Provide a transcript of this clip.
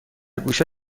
گوشه